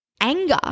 anger